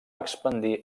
expandir